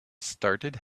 started